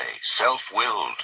self-willed